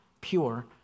pure